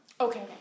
Okay